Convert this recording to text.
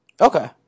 Okay